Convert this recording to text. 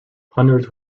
hundreds